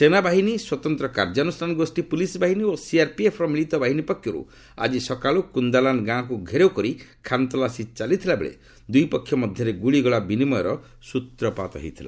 ସେନାବାହିନୀ ସ୍ୱତନ୍ତ କାର୍ଯ୍ୟାନୁଷ୍ଠାନ ଗୋଷ୍ଠୀ ପୋଲିସ ବାହିନୀ ଓ ସିଆରପିଏଫର ମିଳିତ ବାହିନୀ ପକ୍ଷରୁ ଆଜି ସକାଳୁ କୁନ୍ଦାଲାନ ଗାଁକୁ ଘେରାଉ କରି ଖାନତଲାସୀ ଚାଲିଥିଲାବେଳେ ଦୁଇପକ୍ଷ ମଧ୍ୟରେ ଗୁଳିଗୋଳା ବିନିମୟର ସ୍ତ୍ରପାତ ହୋଇଥିଲା